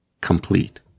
Complete